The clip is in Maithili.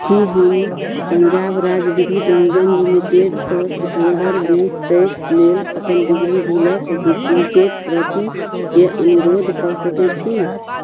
कि हम पञ्जाब राज्य विद्युत निगम लिमिटेडसँ सितम्बर बीस तेइस लेल अपन बिजली बिलके डुप्लिकेट प्रतिके अनुरोध कऽ सकै छी